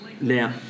now